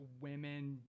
women